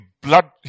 blood